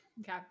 Okay